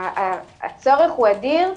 הצורך הוא אדיר,